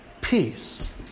peace